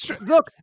look